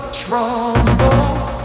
troubles